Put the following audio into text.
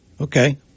Okay